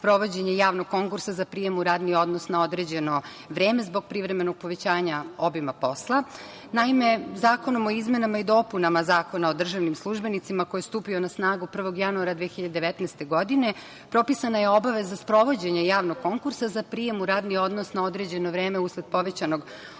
javnog konkursa za prijem u radni odnos na određeno vreme zbog privremenog povećanja obima posla. Naime, Zakonom o izmenama i dopunama Zakona o državnim službenicima, koji je stupio na snagu 1. januara 2019. godine, propisana je obaveza sprovođenja javnog konkursa za prijem u radni odnos na određeno vreme usled privremeno